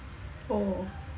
oh